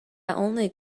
only